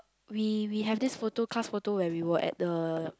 we we have this photo class photo when we were at the